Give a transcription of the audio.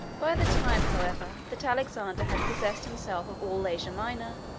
by the time, however, that alexander had possessed himself of all asia minor,